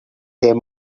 there